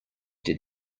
did